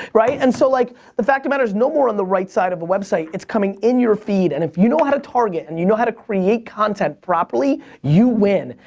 right? and, so, like the fact of the matter is no more on the right side of a website. it's coming in your feed. and if you know how to target, and you know how to create content properly, you win.